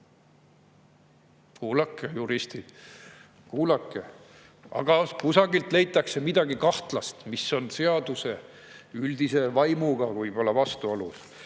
Kuulake, juristid, kuulake! Aga kusagilt leitakse midagi kahtlast, mis on seaduse üldise vaimuga võib-olla vastuolus.